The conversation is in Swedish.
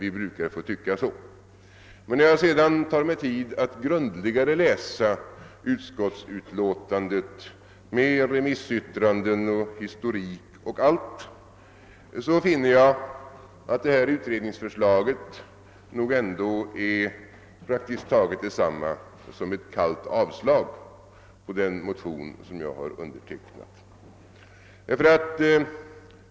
Men när jag sedan tog mig tid att läsa utskottsutlåtandet litet grundligare, med remissyttranden, historik och allt, fann jag att utredningsförslaget nog ändå var praktiskt taget detsamma som ett kallt avslag på den motion jag varit med om att underteckna.